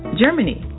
Germany